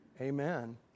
Amen